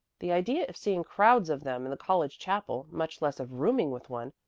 the idea of seeing crowds of them in the college chapel, much less of rooming with one,